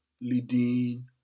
leading